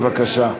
בבקשה.